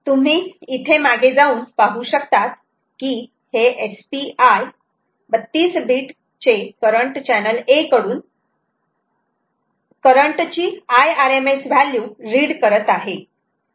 तुम्ही इथे मागे जाऊन पाहू शकतात की हे SPI 32 bit current channel A कडून करंट ची IRMS व्हॅल्यू रीड करत आहे